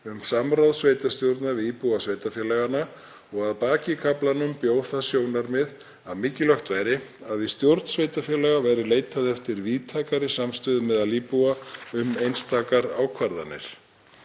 um samráð sveitarstjórna við íbúa sveitarfélaganna. Að baki kaflanum bjó það sjónarmið að mikilvægt væri að við stjórn sveitarfélaga væri leitað eftir víðtækari samstöðu meðal íbúa um einstakar ákvarðanir.